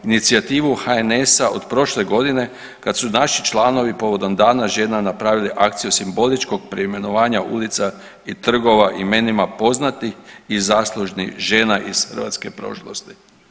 Inicijativu HNS-a od prošle godine kad su naši članovi povodom Dana žena napravili akciju simboličkog preimenovanja ulica i trgova imenima poznatih i zaslužnih žena iz hrvatske prošlosti.